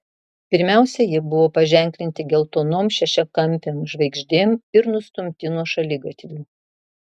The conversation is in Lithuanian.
pirmiausia jie buvo paženklinti geltonom šešiakampėm žvaigždėm ir nustumti nuo šaligatvių